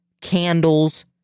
candles